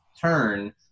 turn